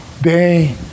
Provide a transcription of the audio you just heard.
day